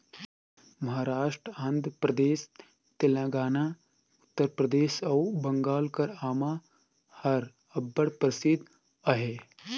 महारास्ट, आंध्र परदेस, तेलंगाना, उत्तर परदेस अउ बंगाल कर आमा हर अब्बड़ परसिद्ध अहे